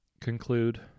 Conclude